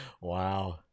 Wow